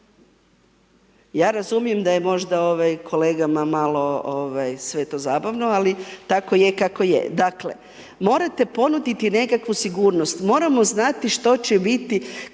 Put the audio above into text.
ja razumijem da je možda ovaj kolegama malo ovaj sve to zabavno, ali tako je kako je, dakle morate ponuditi nekakvu sigurnost, moramo znati što će biti